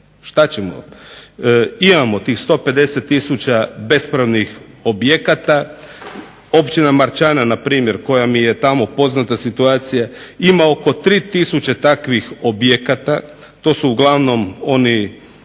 što ćemo imamo tih bespravnih 150 tisuća objekata. Općina Marčana npr. koja mi je tamo poznata situacija ima oko 3 tisuće takvih objekata. To su uglavnom oni